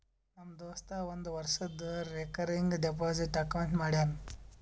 ನಮ್ ದೋಸ್ತ ಒಂದ್ ವರ್ಷದು ರೇಕರಿಂಗ್ ಡೆಪೋಸಿಟ್ ಅಕೌಂಟ್ ಮಾಡ್ಯಾನ